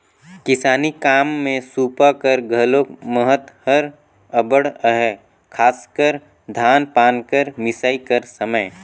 किसानी काम मे सूपा कर घलो महत हर अब्बड़ अहे, खासकर धान पान कर मिसई कर समे